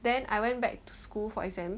then I went back to school for exam